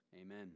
Amen